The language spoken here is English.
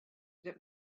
that